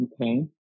Okay